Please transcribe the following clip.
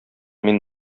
мин